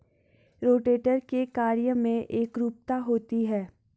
rotator के कार्य में एकरूपता होती है